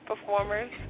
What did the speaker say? performers